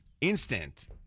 instant